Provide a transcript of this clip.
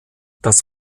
das